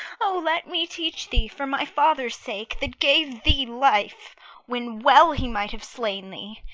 o, let me teach thee! for my father's sake, that gave thee life when well he might have slain thee,